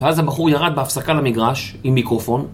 ואז הבחור ירד בהפסקה למגרש, עם מיקרופון,